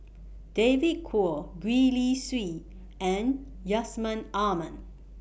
David Kwo Gwee Li Sui and Yusman Aman